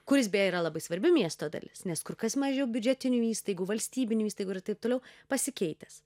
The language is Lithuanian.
kuris beje yra labai svarbi miesto dalis nes kur kas mažiau biudžetinių įstaigų valstybinių įstaigų ir taip toliau pasikeitęs